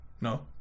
No